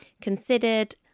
considered